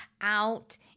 out